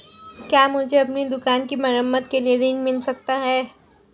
क्या मुझे अपनी दुकान की मरम्मत के लिए ऋण मिल सकता है?